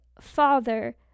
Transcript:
father